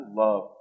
love